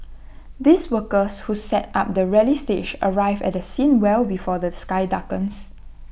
these workers who set up the rally stage arrive at the scene well before the sky darkens